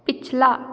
ਪਿਛਲਾ